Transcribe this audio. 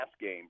game